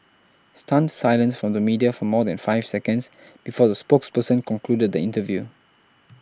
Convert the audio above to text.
stunned silence from the media for more than five seconds before the spokesperson concluded the interview